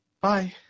Bye